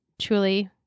truly